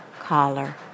collar